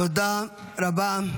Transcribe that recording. תודה רבה.